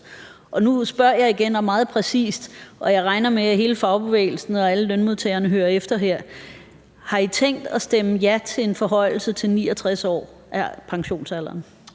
Og nu spørger jeg igen og meget præcist, og jeg regner med, at hele fagbevægelsen og alle lønmodtagerne hører efter her: Har I tænkt at stemme ja til en forhøjelse til 69 år af pensionsalderen?